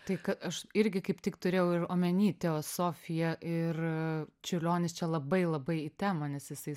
tai ką aš irgi kaip tik turėjau ir omeny teosofija ir čiurlionis čia labai labai į temą nes jisai